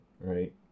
Right